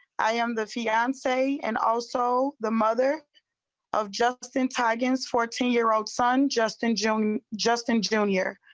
i am that he and say and also the mother of jumps in teigen's fourteen year-old son justin jiang just and down year.